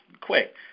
quick